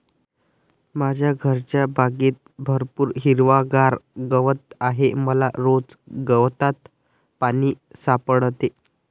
माझ्या घरच्या बागेत भरपूर हिरवागार गवत आहे मला रोज गवतात पाणी सापडते